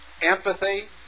empathy